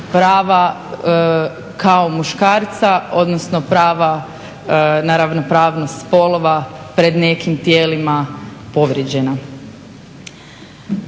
prava kao muškarca odnosno prava na ravnopravnost spolova pred nekim tijelima povrijeđena.